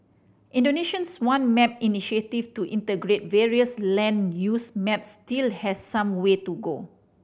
Indonesia's One Map initiative to integrate various land use maps still has some way to go